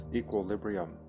equilibrium